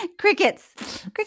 Crickets